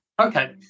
Okay